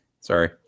sorry